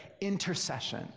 Intercession